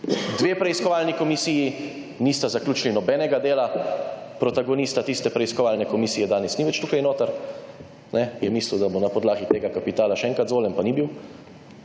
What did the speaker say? dve preiskovalni komisiji nista zaključili nobenega dela. Protagonista tiste preiskovalne komisije danes ni več tukaj notri, je mislil, da bo na podlagi tega kapitala še enkrat izvoljen, pa ni bil.